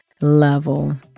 level